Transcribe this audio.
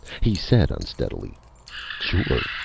he said unsteadily sure!